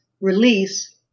release